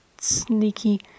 sneaky